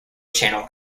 channel